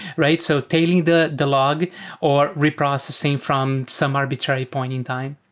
right? so tailing the the log or reprocessing from some arbitrary point in time.